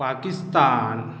Pakistan